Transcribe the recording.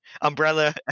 umbrella